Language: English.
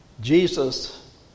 Jesus